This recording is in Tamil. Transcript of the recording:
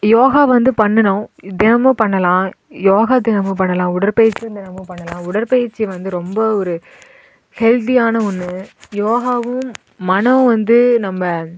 யோகா வந்து பண்ணினோம் தினமும் பண்ணலாம் யோகா தினமும் பண்ணலாம் உடற்பயிற்சியும் தினமும் பண்ணலாம் உடற்பயிற்சி வந்து ரொம்ப ஒரு ஹெல்தியான ஒன்று யோகாவும் மனம் வந்து நம்ம